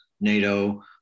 NATO